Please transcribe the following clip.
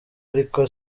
ariko